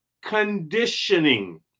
conditioning